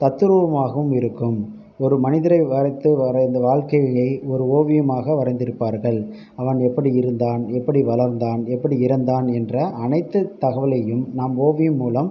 தத்ரூபமாகவும் இருக்கும் ஒரு மனிதரை வரைத்து வரைந்த வாழ்க்கை நிலை ஒரு ஓவியமாக வரைந்திருப்பார்கள் அவன் எப்படி இருந்தான் எப்படி வளர்ந்தான் எப்படி இறந்தான் என்ற அனைத்து தகவலையும் நாம் ஓவியம் மூலம்